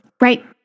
Right